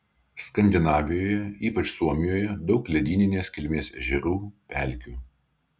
skandinavijoje ypač suomijoje daug ledyninės kilmės ežerų pelkių